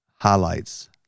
highlights